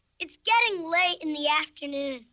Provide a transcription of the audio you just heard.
it's getting late in the afternoon.